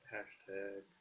Hashtag